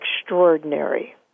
extraordinary